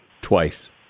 Twice